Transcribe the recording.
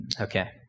Okay